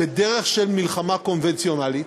בדרך של מדינה קונבנציונלית,